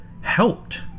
helped